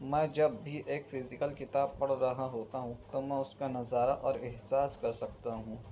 میں جب بھی ایک فزیکل کتاب پڑھ رہا ہوتا ہوں تو میں اس کا نظارہ اور احساس کر سکتا ہوں